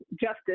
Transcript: justice